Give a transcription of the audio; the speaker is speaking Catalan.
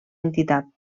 entitat